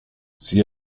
sie